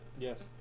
Yes